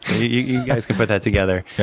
you guys can put that together.